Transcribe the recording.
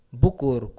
bukur